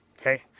okay